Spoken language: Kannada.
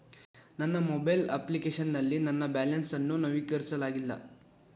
ನನ್ನ ಮೊಬೈಲ್ ಅಪ್ಲಿಕೇಶನ್ ನಲ್ಲಿ ನನ್ನ ಬ್ಯಾಲೆನ್ಸ್ ಅನ್ನು ನವೀಕರಿಸಲಾಗಿಲ್ಲ